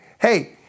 hey